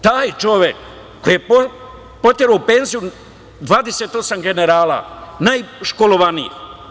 Taj čovek koji je oterao u penziju 28 generala, najškolovanijih.